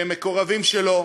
שהם מקורבים שלו.